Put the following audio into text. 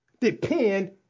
Depend